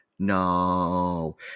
no